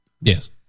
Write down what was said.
Yes